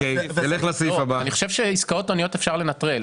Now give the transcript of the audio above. אני חושב שעסקאות אניות אפשר לנטרל.